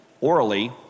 orally